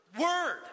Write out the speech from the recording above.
word